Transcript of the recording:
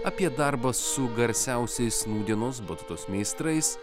apie darbą su garsiausiais nūdienos batutos meistrais